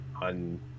on